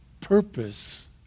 purpose